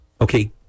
Okay